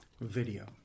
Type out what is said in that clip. Video